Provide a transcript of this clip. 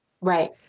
Right